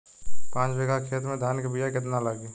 पाँच बिगहा खेत में धान के बिया केतना लागी?